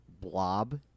blob